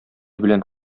белән